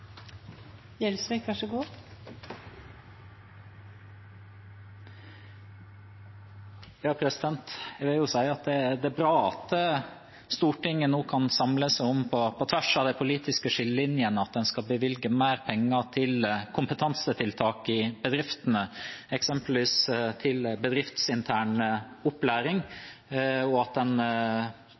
bra at Stortinget nå kan samle seg på tvers av de politiske skillelinjene om at en skal bevilge mer penger til kompetansetiltak i bedriftene, eksempelvis til bedriftsintern opplæring, at en klarer å samle seg om det, og at